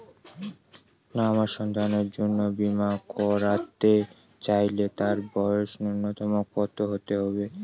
আমার সন্তানের জন্য বীমা করাতে চাইলে তার বয়স ন্যুনতম কত হতেই হবে?